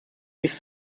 these